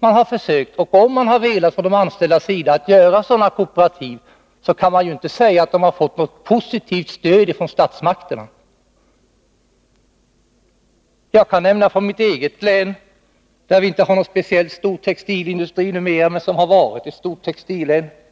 Man kan inte säga att anställda som har velat bilda sådana kooperativ har fått något positivt stöd från statsmakterna. Jag kan nämna exempel från mitt hemlän, Uppsala län, som inte har någon speciellt stor textilindustri numera men som har varit ett stort textillän.